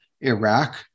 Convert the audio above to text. Iraq